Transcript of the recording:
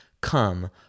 come